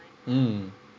mm